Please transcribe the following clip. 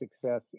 success